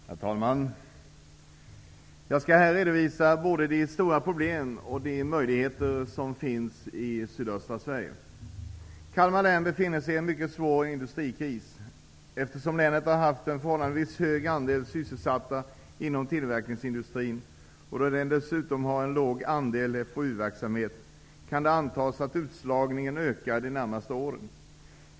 Herr talman! Jag skall redovisa både de stora problem och de möjligheter som finns i sydöstra Kalmar län befinner sig i en mycket svår industrikris. Eftersom länet har haft en förhållandevis hög andel sysselsatta inom tillverkningsindustrin, och då denna dessutom har en låg andel FoU-verksamhet, kan det antas att utslagningen kommer att öka de närmaste åren.